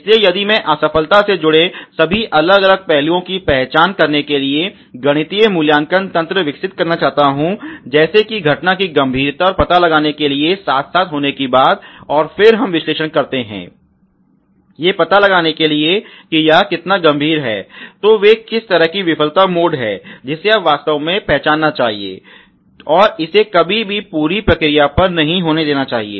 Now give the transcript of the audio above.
इसलिए यदि मैं असफलता से जुड़े सभी अलग अलग पहलुओं की पहचान करने के लिए गणितीय मूल्यांकन तंत्र विकसित करना चाहता हूं जैसे कि घटना की गंभीरता और पता लगाने के साथ साथ होने की बात और फिर हम विश्लेषण करते हैं ये पता लगाने के लिए यह कितनी गंभीर है तो वे किस तरह की विफलता मोड हैं जिसे आपको वास्तव में पहचानना चाहिए और इसे कभी भी पूरी प्रक्रिया पर नहीं होने देना चाहिए